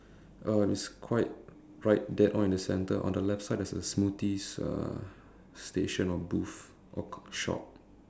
um it's quite right dead on in the center on the left side there's a smoothies uh station or booth or shop